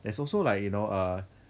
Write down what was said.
there's also like you know err